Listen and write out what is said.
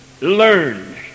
learn